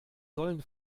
sollen